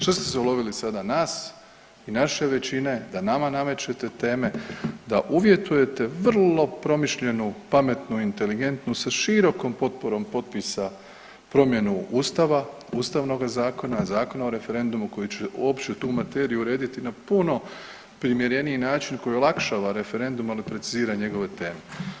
Šta ste se ulovili sada nas i naše većine da nama namećete teme, da uvjetujete vrlo promišljenu pametnu inteligentnu sa širokom potporom potpisa promjenu Ustava, Ustavnoga zakona, Zakona o referendumu koji će uopće tu materiju urediti na puno primjereniji način koji olakšava referendum, ali precizira njegove teme.